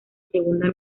segunda